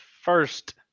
First